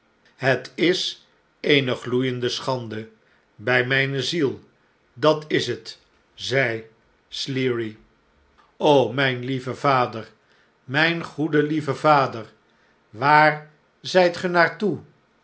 het is eene gloeiende schande bij mijne ziel dat is het zeide sleary mijn lieve vader mijn goede lieve vader waar zijt ge